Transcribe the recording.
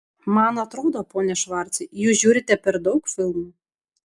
man atrodo pone švarcai jūs žiūrite per daug filmų